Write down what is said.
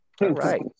Right